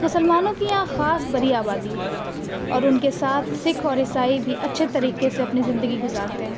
مسلمانوں کی یہاں خاص بڑی آبادی ہے اور ان کے ساتھ سکھ اور عیسائی بھی اچھے طریقے سے اپنی زندگی گزارتے ہیں